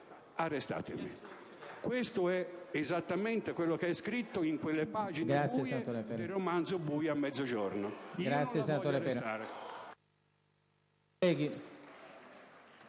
arrestatemi». Questo è esattamente ciò che è scritto in quelle pagine buie del romanzo «Buio a mezzogiorno».